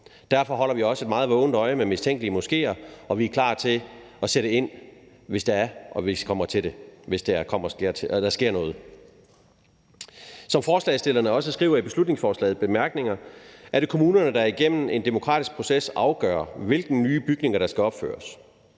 Derfor holder vi også et meget vågent øje med mistænkelige moskéer, og vi er klar til at sætte ind, hvis det kommer dertil, at der sker noget. Som forslagsstillerne også skriver i beslutningsforslagets bemærkninger, er det kommunerne, der igennem en demokratisk proces afgør, hvilke nye bygninger der skal opføres.